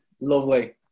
Lovely